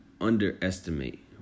underestimate